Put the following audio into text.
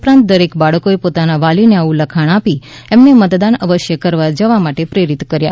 ઉપરાંત દરેક બાળકોએ પોતાના વાલીને આવું લખાણ આપી એમને મતદાન અવશ્ય કરવા જવા માટે પ્રેરિત કર્યા